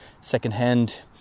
secondhand